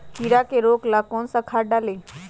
कीड़ा के रोक ला कौन सा खाद्य डाली?